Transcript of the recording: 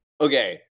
Okay